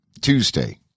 Tuesday